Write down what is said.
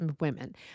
women